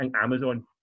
Amazon